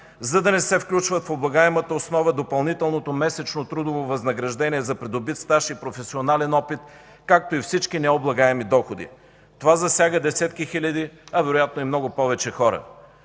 за да не се включват в облагаемата основа допълнителното месечно трудово възнаграждение за придобит стаж и професионален опит, както и всички необлагаеми доходи. Това засяга десетки хиляди, а вероятно и много повече хора.